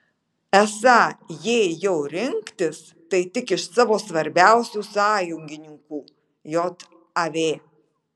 esą jei jei jau rinktis tai tik iš savo svarbiausių sąjungininkų jav